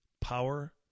power